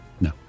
No